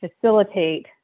facilitate